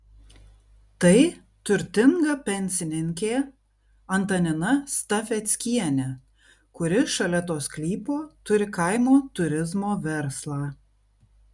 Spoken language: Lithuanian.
tai turtinga pensininkė antanina stafeckienė kuri šalia to sklypo turi kaimo turizmo verslą